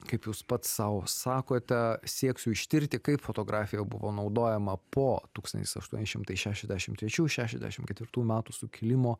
kaip jūs pats sau sakote sieksiu ištirti kaip fotografija buvo naudojama po tūkstantis aštuoni šimtai šešiasdešim trečių šešiasdešim ketvirtų metų sukilimo